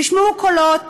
נשמעו קולות